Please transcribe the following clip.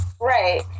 Right